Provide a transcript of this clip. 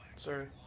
Sir